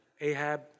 Ahab